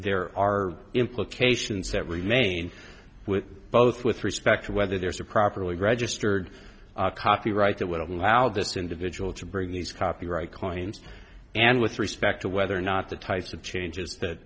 there are implications that remain with both with respect to whether there's a properly registered copyright that would allow this individual to bring these copyright clients and with respect to whether or not the types of changes that